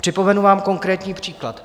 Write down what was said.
Připomenu vám konkrétní příklad.